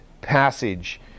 passage